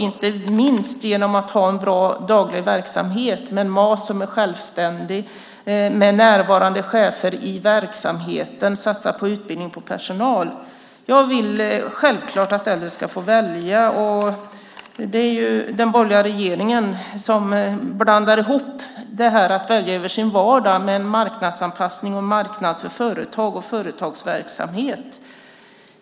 Det kan man göra genom att ha en bra daglig verksamhet med en MAS som är självständig och med närvarande chefer i verksamheten och genom att satsa på utbildningen av personalen. Jag vill självfallet att äldre ska få välja. Den borgerliga regeringen blandar ihop detta att välja i sin vardag med en marknadsanpassning och en marknad för företag och företagsverksamhet.